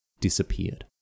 disappeared